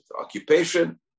occupation